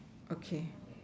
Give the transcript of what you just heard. okay